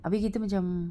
habis kita macam